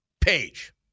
page